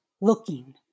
looking